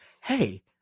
hey